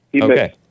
Okay